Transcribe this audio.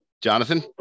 Jonathan